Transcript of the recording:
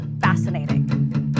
fascinating